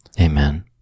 Amen